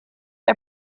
are